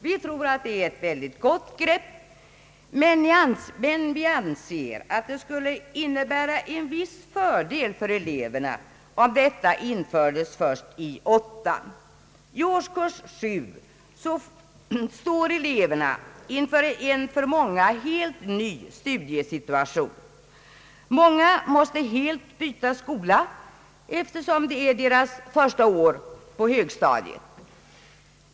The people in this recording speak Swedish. Vi tror att det är ett gott grepp, men vi anser att det skulle innebära en viss fördel för eleverna, om detta infördes först i åttan. I årskurs 7 står eleverna vid en för många helt ny studiesituation. Många måste helt byta skola, eftersom det är deras första år på högstadiet.